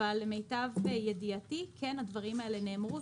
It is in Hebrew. אבל למיטב ידיעתי הדברים האלה כן נאמרו